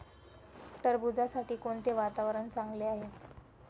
टरबूजासाठी कोणते वातावरण चांगले आहे?